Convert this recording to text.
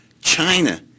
China